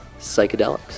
psychedelics